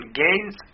gains